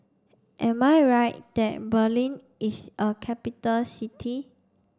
am I right that Berlin is a capital city